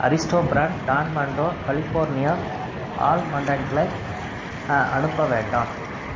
Aristo brand டான் மாண்டோ California ஆல்மாண்ட்களை அனுப்ப வேண்டாம்